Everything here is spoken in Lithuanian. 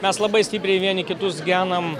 mes labai stipriai vieni kitus genam